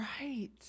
Right